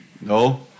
No